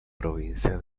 provincia